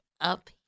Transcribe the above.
up